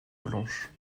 blanche